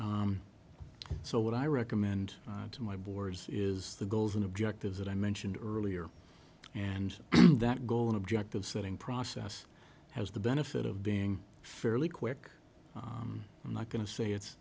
busy so what i recommend to my boards is the goals and objectives that i mentioned earlier and that goal an objective setting process has the benefit of being fairly quick i'm not going to say it's